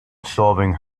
solving